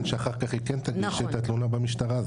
שאחר כך היא כן תגיש את התלונה במשטרה,